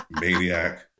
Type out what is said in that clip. maniac